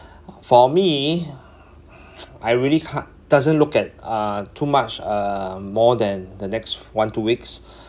for me I really can~ doesn't look at uh too much uh more than the next one two weeks